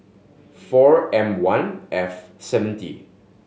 four M One F seventy